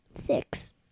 Six